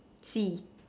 T